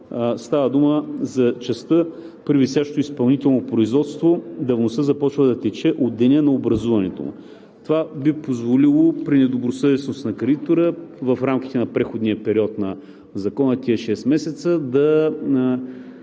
Става дума за частта при висящо изпълнително производство, а давността започва да тече от деня на образуването му. Това би позволило при недобросъвестност на кредитора, в рамките на преходния период на Закона – тези шест месеца, да